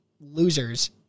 losers